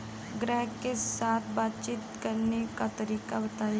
ग्राहक के साथ बातचीत करने का तरीका बताई?